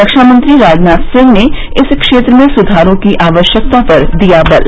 रक्षा मंत्री राजनाथसिंह ने इस क्षेत्र में स्धारों की आवश्यकता पर दिया बल